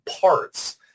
parts